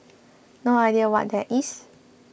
no idea what that is